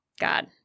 God